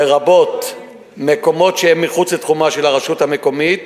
לרבות מקומות שהם מחוץ לתחומה של רשות מקומית